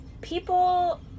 people